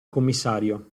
commissario